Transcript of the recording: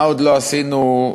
מה עוד לא עשינו ונעשה,